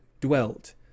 dwelt